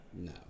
No